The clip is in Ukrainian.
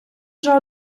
вже